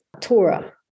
Torah